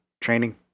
training